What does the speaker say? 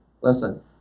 Listen